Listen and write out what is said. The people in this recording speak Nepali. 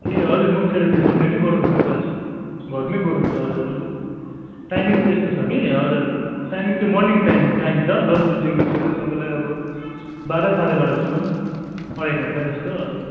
ए हजुर म पनि स्यटरडे सनडे नै गराउँछु क्लास घरमै गराउँछु हजुर टाइमिङ चाहिँ यस्तो छ कि हजुर टाइमिङ चाहिँ मर्निङ टाइम टाइम छ दस बजीदेखिको लिएर तपाईँलाई अब बाह्र साढे बाह्रसम्म अढाई घन्टा जस्तो हजुर